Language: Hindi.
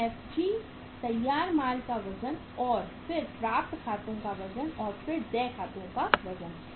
फिर FG तैयार माल का वजन और फिर प्राप्त खातों का वजन और फिर देय खातों का वजन